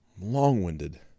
long-winded